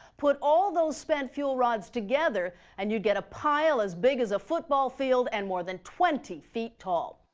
put all those spent fuel rods together, and you get a pile as big as a football field and more than twenty feet tall.